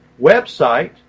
website